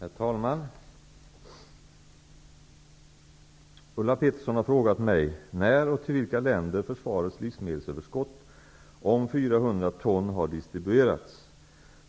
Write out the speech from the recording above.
Herr talman! Ulla Pettersson har frågat mig när och till vilka länder försvarets livsmedelsöverskott om